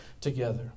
together